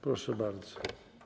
Proszę bardzo.